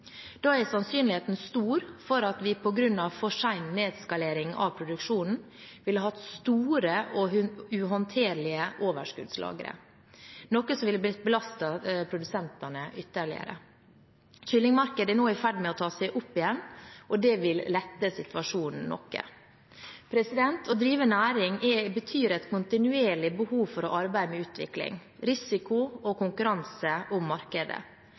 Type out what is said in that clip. Da er sannsynligheten stor for at vi på grunn av for sen nedskalering av produksjonen ville hatt store og uhåndterlige overskuddslagre, noe som ville belastet produsentene ytterligere. Kyllingmarkedet er nå i ferd med å ta seg opp igjen, og det vil lette situasjonen noe. Å drive næring betyr et kontinuerlig behov for å arbeide med utvikling, risiko og konkurranse om markedet.